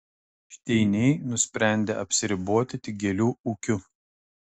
šteiniai nusprendė apsiriboti tik gėlių ūkiu